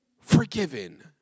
forgiven